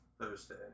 Thursday